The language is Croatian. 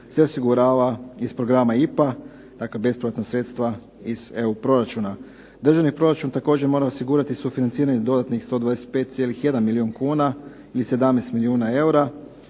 se osigurava iz programa IPA. Dakle, bespovratna sredstva iz EU proračuna. Državni proračun također mora osigurati sufinanciranje dodatnih 125,1 milijun kuna ili 17 milijuna eura,